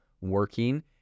working